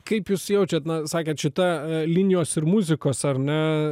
kaip jūs jaučiat na sakėt šita linijos ir muzikos ar ne